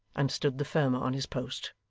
and stood the firmer on his post.